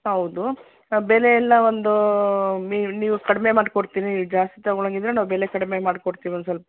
ಹೌದು ಬೆಲೆಯೆಲ್ಲ ಒಂದು ಮಿ ನೀವು ಕಡಿಮೆ ಮಾಡಿ ಕೊಡ್ತೀವಿ ಜಾಸ್ತಿ ತೊಗೊಳಂಗಿದ್ರೆ ನಾವು ಬೆಲೆ ಕಡಿಮೆ ಮಾಡಿ ಕೊಡ್ತೀವಿ ಒಂದು ಸ್ವಲ್ಪ